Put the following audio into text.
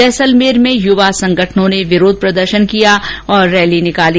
जैसलमेर में युवा संगठनों ने विरोध प्रदर्शन किया और रैली निकाली